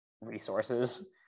resources